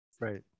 right